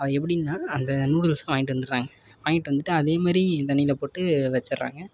அது எப்படின்னா அந்த நூடுல்ஸ்செலாம் வாங்கிட்டு வந்துடுறாங்க வாங்கிட்டு வந்துட்டு அதே மாதிரி தண்ணியில் போட்டு வச்சுர்றாங்க